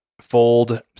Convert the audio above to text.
fold